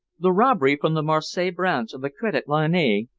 the robbery from the marseilles branch of the credit lyonnais,